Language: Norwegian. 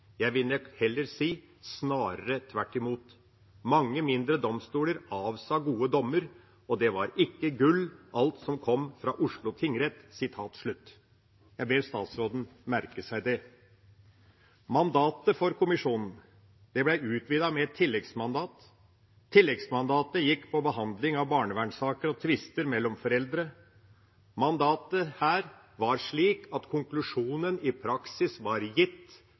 Jeg vil nok heller si: Snarere tvert imot! Mange mindre domstoler avsa gode dommer, og det var ikke «gull» alt som kom fra Oslo tingrett!» Jeg ber statsråden merke seg det. Mandatet for kommisjonen ble utvidet med et tilleggsmandat. Tilleggsmandatet gikk på behandling av barnevernssaker og tvister mellom foreldre. Mandatet var slik at konklusjonen i praksis var gitt